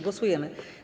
Głosujemy.